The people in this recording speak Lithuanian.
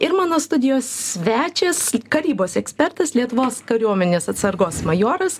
ir mano studijos svečias karybos ekspertas lietuvos kariuomenės atsargos majoras